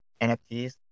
NFTs